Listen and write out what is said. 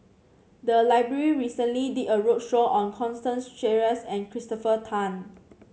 the library recently did a roadshow on Constance Sheares and Christopher Tan